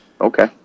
Okay